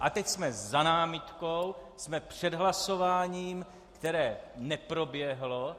A teď jsme za námitkou, jsme před hlasováním, které neproběhlo.